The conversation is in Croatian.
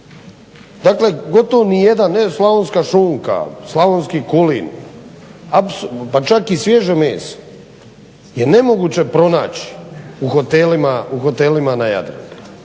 Dakle gotovo ni jedan, ni slavonska šunka, ni slavonski kulen pa čak i svježe meso je nemoguće pronaći u hotelima na Jadranu.